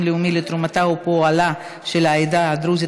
לאומי לתרומתה ופועלה של העדה הדרוזית,